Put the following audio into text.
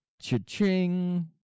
Cha-ching